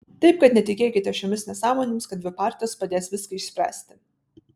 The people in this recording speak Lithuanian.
taip kad netikėkite šiomis nesąmonėmis kad dvi partijos padės viską išspręsti